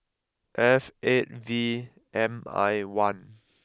F eight V M I one